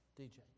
DJ